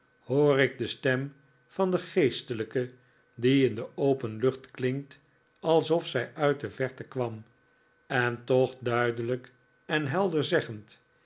hoor ik de stem van den geestelijke jdie in de open lucht klinkt alsof zij uit de verte kwam en toch duidelijk en helder eggend